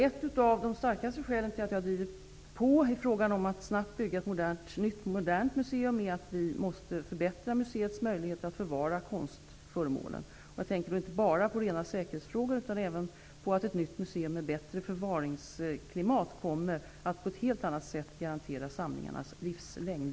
Ett av de starkaste skälen till att jag drivit på i frågan om att snabbt bygga ett nytt modernt museum är att vi måste förbättra museets möjligheter att förvara konstföremålen. Jag tänker då inte bara på rena säkerhetsfrågor utan även på att ett nytt museum med bättre förvaringsklimat kommer att på ett helt annat sätt garantera samlingarnas livslängd.